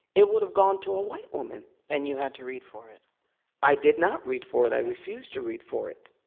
it would have gone to a white woman and you had to read for it i did not read for it. i refused to read for it.